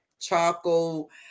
charcoal